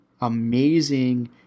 amazing